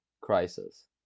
crisis